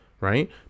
Right